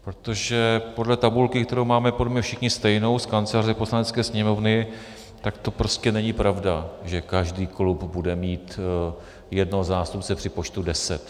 Protože podle tabulky, kterou máme podle mě všichni stejnou z Kanceláře Poslanecké sněmovny, tak to prostě není pravda, že každý klub bude mít jednoho zástupce při počtu deset.